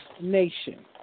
nation